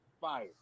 fire